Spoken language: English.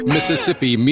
Mississippi